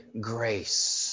grace